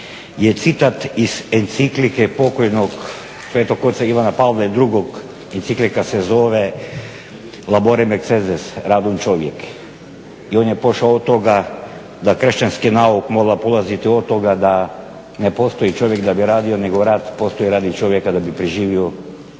je citat iz enciklike pokojnog Sv. Oca Ivana Pavla II. enciklika se zove "Laborem Exercens-radom čovjek". I on je pošao od toga da kršćanski nauk mora polaziti od toga da ne postoji čovjek da bi radio nego rad postoji radi čovjeka da bi preživio